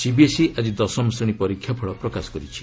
CBSE ଆଜି ଦଶମ ଶ୍ରେଣୀ ପରୀକ୍ଷା ଫଳ ପ୍ରକାଶ କରିଛି